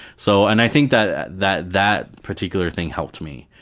so and i think that that that particular thing helped me.